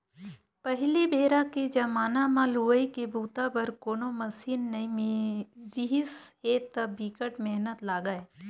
पहिली बेरा के जमाना म लुवई के बूता बर कोनो मसीन नइ रिहिस हे त बिकट मेहनत लागय